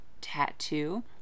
Tattoo